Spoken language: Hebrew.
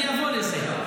אני אגיע לזה.